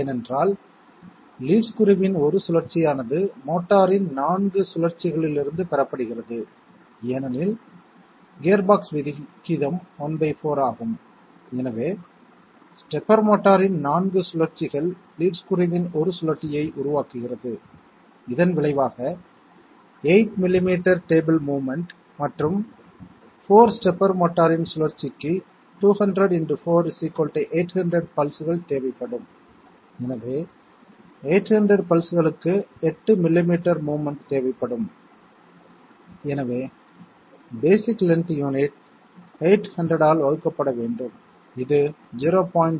ஏனென்றால் லீட் ஸ்க்ரூவின் ஒரு சுழற்சியானது மோட்டாரின் 4 சுழற்சிகளிலிருந்து பெறப்படுகிறது ஏனெனில் கியர்பாக்ஸ் விகிதம் ¼ ஆகும் எனவே ஸ்டெப்பர் மோட்டாரின் 4 சுழற்சிகள் லீட் ஸ்க்ரூவின் 1 சுழற்சியை உருவாக்குகிறது இதன் விளைவாக 8 மில்லிமீட்டர் டேபிள் மோவ்மென்ட் மற்றும் 4 ஸ்டெப்பர் மோட்டாரின் சுழற்சிக்கு 200 × 4 800 பல்ஸ்கள் தேவைப்படும் எனவே 800 பல்ஸ்களுக்கு 8 மில்லிமீட்டர் மோவ்மென்ட் தேவைப்படும் எனவே பேஸிக் லென்த் யூனிட் 800 ஆல் வகுக்கப்பட வேண்டும் இது 0